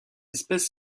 espèce